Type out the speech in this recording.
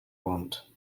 want